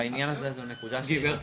בעניין הזה זאת נקודה -- גברתי,